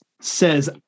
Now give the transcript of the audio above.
says